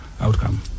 outcome